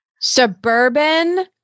suburban